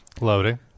Loading